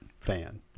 fan